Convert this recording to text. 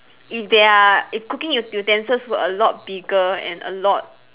if they are if cooking u~ utensils were a lot bigger and a lot